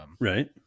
Right